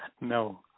no